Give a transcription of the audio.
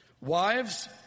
Wives